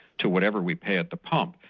to whatever we pay at the pump.